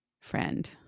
Friend